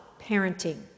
parenting